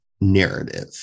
narrative